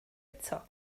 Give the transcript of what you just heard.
eto